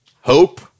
hope